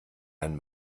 ein